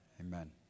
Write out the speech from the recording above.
Amen